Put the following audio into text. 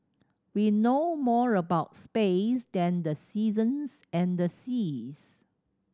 we know more about space than the seasons and the seas